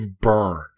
burned